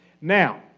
now